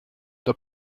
the